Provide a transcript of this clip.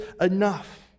enough